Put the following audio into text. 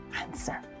answer